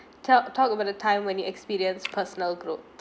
tell talk about a time when you experienced personnel group